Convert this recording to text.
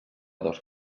dos